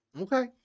Okay